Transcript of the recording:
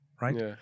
right